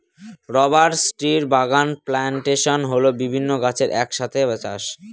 rubber ট্রির বাগান plantation হল বিভিন্ন গাছের এক সাথে চাষ